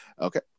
Okay